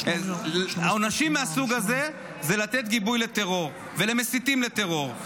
עונשים מהסוג הזה זה לתת גיבוי לטרור ולמסיתים לטרור.